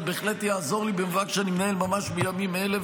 זה בהחלט יעזור לי במאבק שאני מנהל ממש בימים אלה,